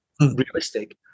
realistic